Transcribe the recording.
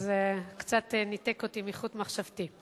אז זה קצת ניתק אותי מחוט מחשבתי.